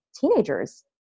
teenagers